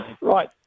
Right